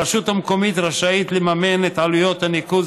הרשות המקומית רשאית לממן את עלויות הניקוז